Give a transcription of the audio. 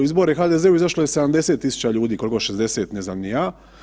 Izbore u HDZ-u izašlo je 70 tisuća ljudi, koliko, 60, ne znam ni ja.